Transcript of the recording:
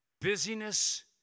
Busyness